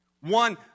One